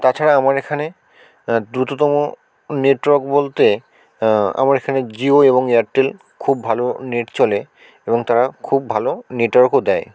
তাছাড়া আমার এখানে দ্রুততম নেটওয়ার্ক বলতে আমার এখানে জিও এবং এয়ারটেল খুব ভালো নেট চলে এবং তারা খুব ভালো নেটওয়ার্কও দেয়